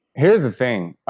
here's the thing.